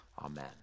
Amen